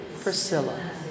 Priscilla